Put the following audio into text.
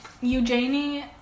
eugenie